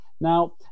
Now